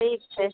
ठीक छै